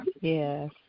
yes